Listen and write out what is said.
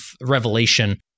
revelation